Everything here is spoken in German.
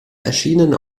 erschienen